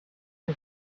his